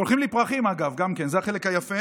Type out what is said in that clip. שולחים לי פרחים, אגב, גם כן, זה החלק היפה.